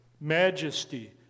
majesty